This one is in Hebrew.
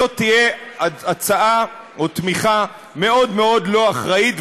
זאת תהיה הצעה או תמיכה מאוד מאוד לא אחראית,